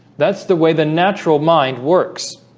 that's the way the natural mind works